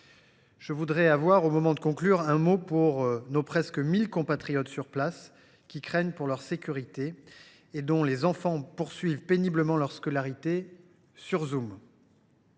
Je voudrais, avant de conclure, avoir un mot pour nos presque 1 000 compatriotes présents sur place, qui craignent pour leur sécurité et dont les enfants poursuivent péniblement leur scolarité sur Zoom.